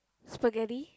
spaghetti